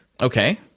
Okay